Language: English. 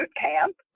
camp